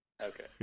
Okay